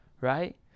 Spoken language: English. right